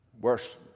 worse